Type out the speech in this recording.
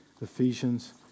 Ephesians